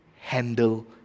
handle